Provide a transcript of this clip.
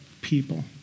people